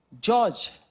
George